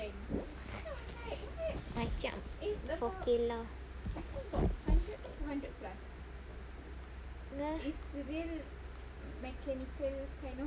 macam for kelah